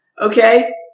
Okay